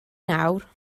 nawr